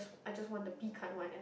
I just want the pecan one and